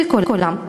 של כולם.